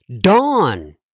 Dawn